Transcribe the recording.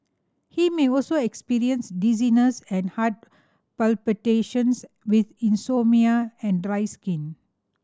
he may also experience dizziness and heart palpitations with insomnia and dry skin